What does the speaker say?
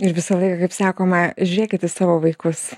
ir visą laiką kaip sakoma žėkit į savo vaikus